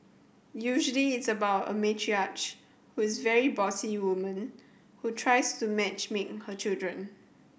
usually it's about a matriarch with very bossy woman who tries to match make her children